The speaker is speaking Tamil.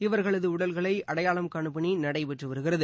இவர்களதுஉடல்களைஅடையாளம் காணும் பணிநடைபெற்றுவருகிறது